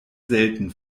selten